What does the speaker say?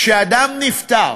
כשאדם נפטר,